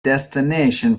destination